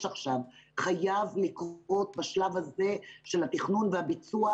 עכשיו חייב לקרות בשלב הזה של התכנון והביצוע.